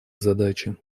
задачи